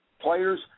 Players